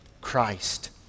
Christ